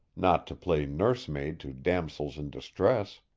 not to play nursemaid to damosels in distress.